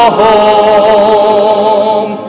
home